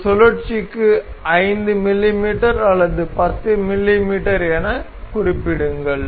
ஒரு சுழற்சிக்கு 5 மிமீ அல்லது 10மிமீ என குறிப்பிடுங்கள்